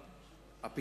סליחה,